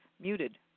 muted